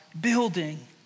building